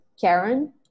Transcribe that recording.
Karen